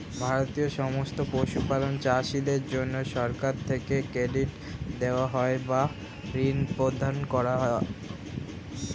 ভারতের সমস্ত পশুপালক চাষীদের জন্যে সরকার থেকে ক্রেডিট দেওয়া হয় বা ঋণ প্রদান করা হয়